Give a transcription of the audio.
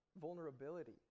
vulnerability